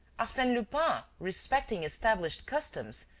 arsene lupin, respecting established customs,